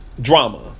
Drama